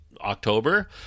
October